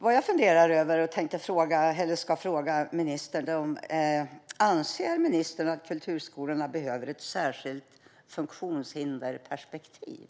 Vad jag funderar över och tänkte fråga är om ministern anser att kulturskolorna behöver ett särskilt funktionshindersperspektiv.